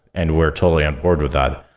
and we're totally onboard with that.